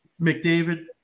McDavid